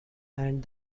and